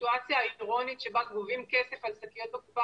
הסיטואציה שבה גובים כסף על שקיות בקופה